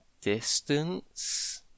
distance